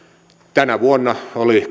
tänä vuonna oli